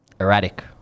Erratic